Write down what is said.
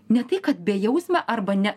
ne tai kad bejausmė arba ne